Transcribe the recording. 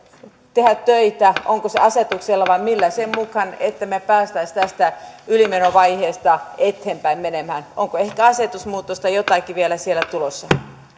tehdä töitä onko se asetuksella vai millä sen mukaan että me pääsisimme tästä ylimenovaiheesta eteenpäin menemään onko ehkä asetusmuutos tai jotakin vielä sieltä tulossa